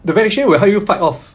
the vaccine will help you fight off